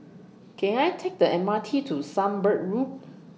Can I Take The M R T to Sunbird Road